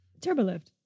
Turbolift